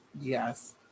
Yes